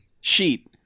sheet